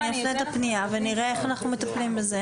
אני אעשה את הפנייה ונראה איך אנחנו מטפלים בזה.